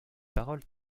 paroles